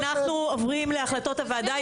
טוב, אנו עוברים להחלטות הוועדה.